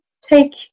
take